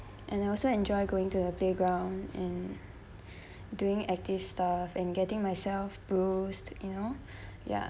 and I also enjoy going to the playground and doing active stuff and getting myself bruised you know ya